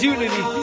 Unity